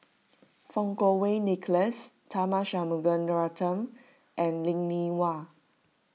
Fang Kuo Wei Nicholas Tharman Shanmugaratnam and Linn in Hua